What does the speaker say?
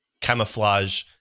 camouflage